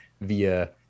via